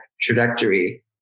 trajectory